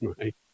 Right